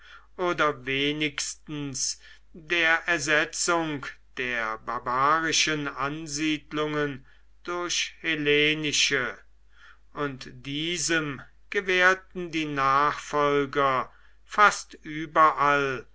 oder wenigstens der ersetzung der barbarischen ansiedlungen durch hellenische und diesem gewährten die nachfolger fast überall